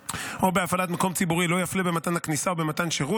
חבר הכנסת שמחה רוטמן, להציג את הצעת החוק.